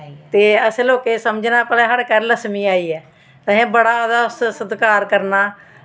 ते असें लोकें समझना भला साढ़े घर लक्ष्मी आई ऐ ते असें ओह्दा बड़ा सतकार करना